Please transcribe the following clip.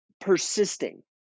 persisting